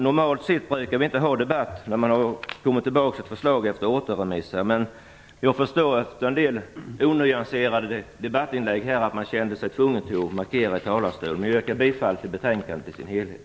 Normalt sett brukar vi inte ha debatt när ett förslag kommer tillbaka efter återremiss. Jag förstår, efter en del onyanserade debattinlägg, att man har känt sig tvungen att markera från talarstolen. Jag yrkar bifall till utskottets hemställan i dess helhet.